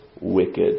wicked